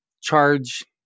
charge –